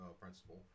principle